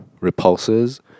Repulses